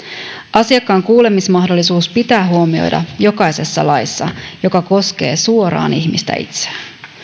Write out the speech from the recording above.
asiakkaan kuulemismahdollisuus pitää huomioida jokaisessa laissa joka koskee suoraan ihmistä itseään